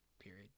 period